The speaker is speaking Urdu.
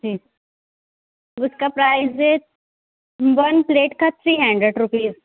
جی اس کا پرائز ہے ون پلیٹ کا تھری ہنڈریڈ روپیز